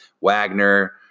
Wagner